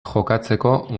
jokatzeko